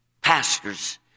Pastors